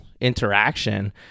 interaction